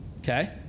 okay